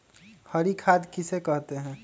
हरी खाद किसे कहते हैं?